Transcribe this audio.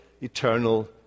eternal